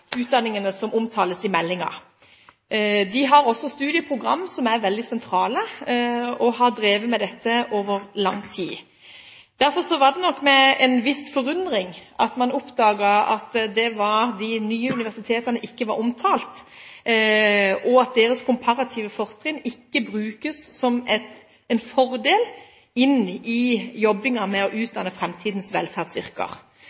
utdanningene som omtales i meldingen. De har også studieprogram som er veldig sentrale, og har drevet med dette over lang tid. Derfor var det med en viss forundring man oppdaget at de nye universitetene ikke var omtalt, og at deres komparative fortrinn ikke brukes som en fordel inn i jobbingen med å